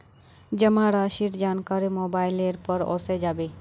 जमा राशिर जानकारी मोबाइलेर पर ओसे जाबे